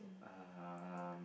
um